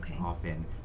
often